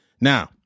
Now